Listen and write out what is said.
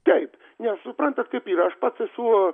taip nes suprantat kaip yra aš pats esu